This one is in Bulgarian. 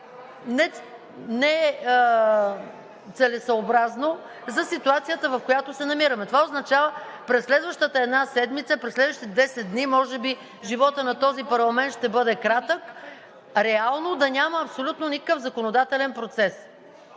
нецелесъобразно за ситуацията, в която се намираме. Това означава, през следващата една седмица, през следващите десет дни, може би животът на този парламент ще бъде кратък, реално да няма абсолютно никакъв законодателен процес.